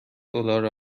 دلار